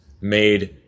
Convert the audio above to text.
made